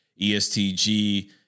ESTG